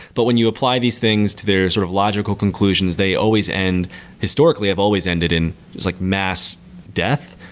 but when you apply these things to their sort of logical conclusions, they always end historically, have always ended in just like mass death.